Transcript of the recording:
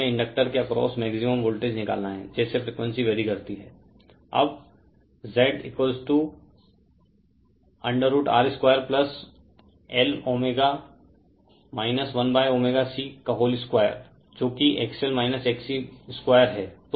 हमें इंडक्टर के across maximum voltage निकालना हैं जैसे फ्रीक्वेंसी वरि करती है अब Z√R 2Lω 1ω C2 जो की XL XC2 है